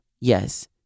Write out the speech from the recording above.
Yes